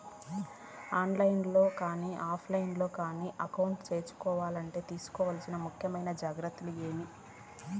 On line లో కానీ offline లో కానీ అకౌంట్ సేసుకోవాలంటే తీసుకోవాల్సిన ముఖ్యమైన జాగ్రత్తలు ఏమేమి?